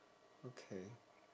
okay